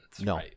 No